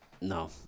No